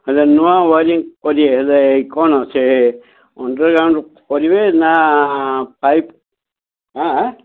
ହେଲେ ନୂଆ ୱାରିଂ କରିବେ ହେଲେ କ'ଣ ସେ ଅଣ୍ଡରଗ୍ରାଉଣ୍ଡ କରିବେ ନା ପାଇପ୍ ଆଁ ଆଁ